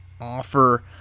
offer